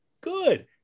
good